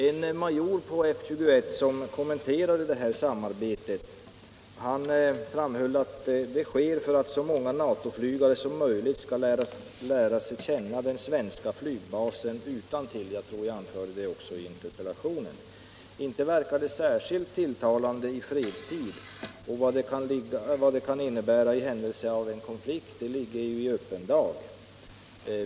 En major vid F 21, som kommenterade detta samarbete, framhöll att det sker ”för att så många NATO-flygare som möjligt skall lära sig den svenska basen utantill”. Jag anförde detta också i interpellationen. Inte verkar det särskilt tilltalande i fredstid, och vad det kan innebära i händelse av en konflikt ligger ju i öppen dag.